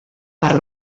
per